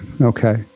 Okay